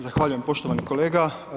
Zahvaljujem poštovani kolega.